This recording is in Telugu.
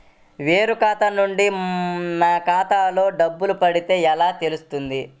వేరే ఖాతా నుండి నా ఖాతాలో డబ్బులు పడితే ఎలా తెలుస్తుంది?